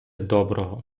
доброго